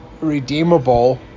redeemable